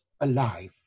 alive